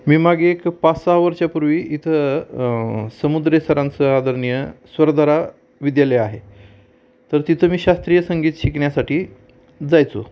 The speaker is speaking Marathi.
मागे एक पाच सहा वर्ष्यापूर्वी इथं समुद्रे सरांचं आदरणीय स्वरधारा विद्यालय आहे तर तिथं मी शास्त्रीय संगीत शिकण्यासाठी जायचो